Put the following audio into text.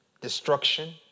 destruction